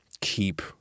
keep